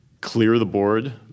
clear-the-board